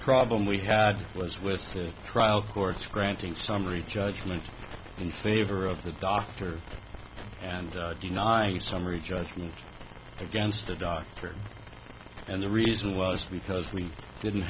problem we had was with the trial court's granting summary judgment in favor of the doctor and denying a summary judgment against the doctor and the reason was because we didn't